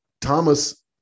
Thomas